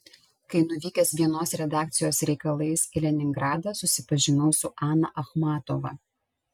kai nuvykęs vienos redakcijos reikalais į leningradą susipažinau su ana achmatova